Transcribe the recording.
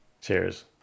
Cheers